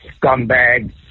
scumbag